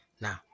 now